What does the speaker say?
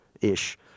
Ish